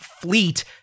fleet